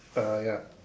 uh ya